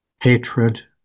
hatred